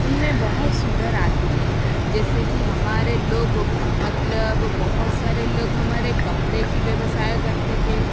उनमें बहुत सुधर आती है जैसे कि हमारे लोग मतलब बहुत सारे लोग हमारे कपड़े की व्यवसाय करते हैं